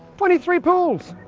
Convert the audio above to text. twenty three pools!